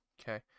Okay